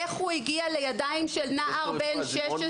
איך הוא הגיע לידיים של נער בן 16?